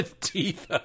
Teeth